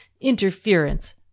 interference